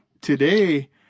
today